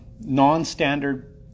non-standard